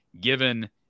given